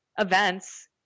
events